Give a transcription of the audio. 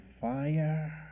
fire